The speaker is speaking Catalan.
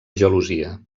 gelosia